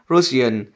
Russian